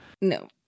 no